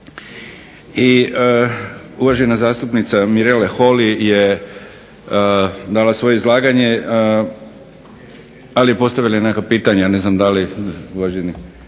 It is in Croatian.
I uvažena zastupnica Mirela Holy je dala svoje izlaganje, ali je postavila i nekakva pitanja. Ne znam da li uvaženi